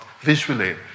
visually